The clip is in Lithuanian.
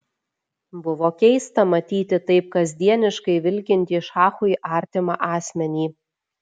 buvo keista matyti taip kasdieniškai vilkintį šachui artimą asmenį